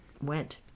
went